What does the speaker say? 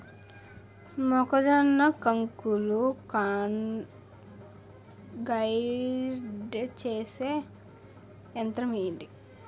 మొక్కజొన్న కంకులు గ్రైండ్ చేసే యంత్రం ఏంటి?